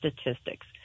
statistics